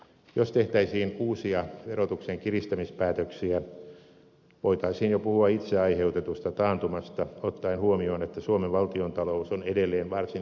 jos tehtäisiin uusia verotuksen kiristämispäätöksiä voitaisiin jo puhua itse aiheutetusta taantumasta ottaen huomioon että suomen valtiontalous on edelleen varsin hyvässä kunnossa